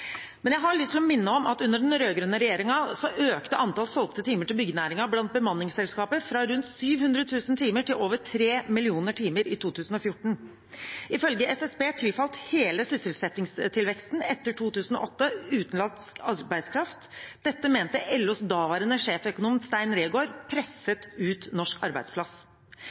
Men det er forskjell på å bekjempe kriminalitet og det å kriminalisere legitim virksomhet. Jeg har lyst til å minne om at under den rød-grønne regjeringen økte antall solgte timer til byggenæringen blant bemanningsselskaper fra rundt 700 000 timer til over 3 millioner timer i 2014. Ifølge SSB tilfalt hele sysselsettingstilveksten etter 2008 utenlandsk arbeidskraft. Dette mente LOs daværende sjeføkonom Stein Reegård presset